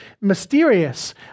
mysterious